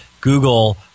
Google